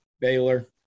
Baylor